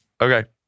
Okay